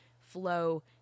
flow